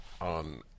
on